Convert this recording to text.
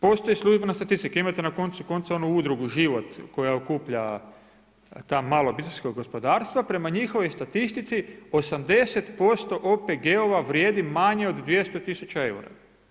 Postoji službena statistika, imate na koncu konca onu udrugu Život koja okuplja ta mala obiteljska gospodarstva, prema njihovoj statistici, 80% OPG-ova vrijedi manje od 200 000 eura.